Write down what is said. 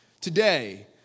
today